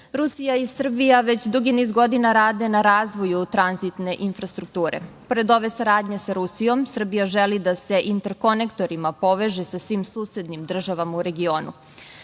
i Srbija već dugi niz godina rade na razvoju tranzitne infrastrukture. Pored ove saradnje sa Rusijom, Srbija želi da se interkonektorima poveže sa svim susednim državama u regionu.